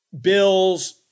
Bills